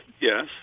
Yes